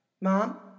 Mom